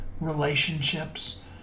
relationships